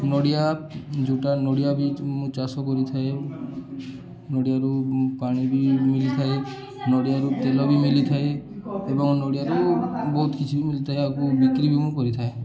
ନଡ଼ିଆ ଯେଉଁଟା ନଡ଼ିଆ ବି ମୁଁ ଚାଷ କରିଥାଏ ନଡ଼ିଆରୁ ପାଣି ବି ମିଳିଥାଏ ନଡ଼ିଆରୁ ତେଲ ବି ମିଳିଥାଏ ଏବଂ ନଡ଼ିଆରୁ ବହୁତ କିଛି ବି ମିଳିଥାଏ ଆକୁ ବିକ୍ରି ବି ମୁଁ କରିଥାଏ